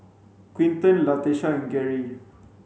Quinten Latesha and Geri